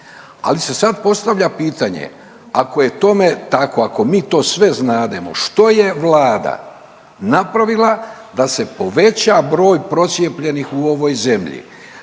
ali se sad postavlja pitanje ako je tome tako, ako mi to sve znademo što je Vlada napravila da se poveća broj procijepljenih u ovoj zemlji.